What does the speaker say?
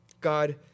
God